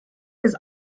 his